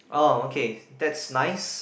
oh okay that's nice